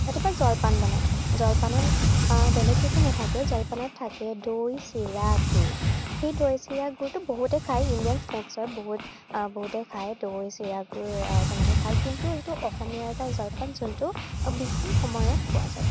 ৰাতিপুৱা জলপান বনায় জলপানত বেলেগ একো নাথাকে জলপানত থাকে দৈ চিৰা গুড় সেই দৈ চিৰা গুড়টো বহুতে খায় ইণ্ডিয়ান স্নেক্সচ হয় বহুত বহুতে খায় দৈ চিৰা গুড় তেনেকৈ খায় কিন্তু সেইটো অসমীয়াৰ এটা জলপান যোনটো বিহুৰ সময়ত পোৱা যায়